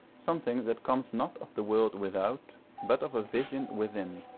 something that comes not of the world without but of a vision within.